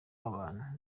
abantu